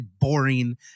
boring